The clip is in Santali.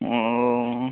ᱚᱻ